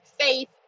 faith